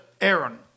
Aaron